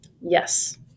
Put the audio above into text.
Yes